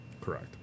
Correct